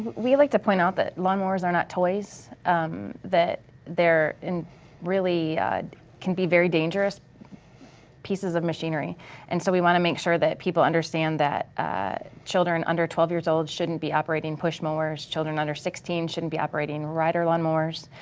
we like to point out that lawnmowers are not toys that they're really can be very dangerous pieces of machinery machinery and so we wanna make sure that people understand that ah children under twelve years old shouldn't be operating push mowers, children under sixteen shouldn't be operating rider lawnmowers.